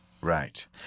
Right